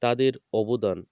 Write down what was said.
তাদের অবদান